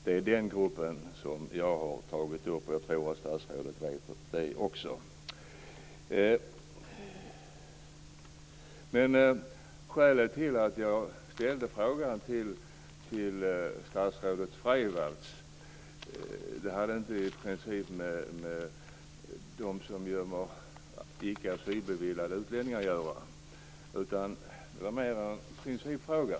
Det är den gruppen som jag har tagit upp, och det tror jag att statsrådet vet också. Skälet till att jag ställde frågan till statsrådet Freivalds hade inte med dem som gömmer icke asylbeviljade utlänningar att göra, utan det var mer en principfråga.